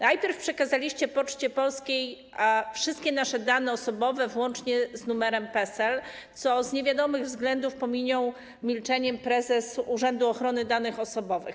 Najpierw przekazaliście Poczcie Polskiej wszystkie nasze dane osobowe, łącznie z numerami PESEL, co z niewiadomych względów pominął milczeniem prezes Urzędu Ochrony Danych Osobowych.